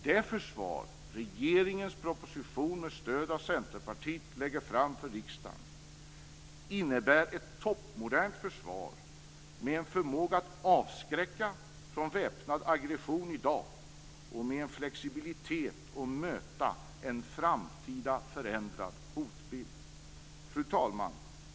Den försvarsproposition som regeringen nu med stöd av Centerpartiet lägger fram för riksdagen innebär ett toppmodernt försvar med en förmåga att avskräcka från väpnad aggression i dag och med en flexibilitet att möta en framtida förändrad hotbild. Fru talman!